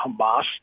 Hamas